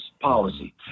policy